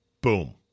boom